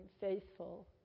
faithful